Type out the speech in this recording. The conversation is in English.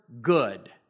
good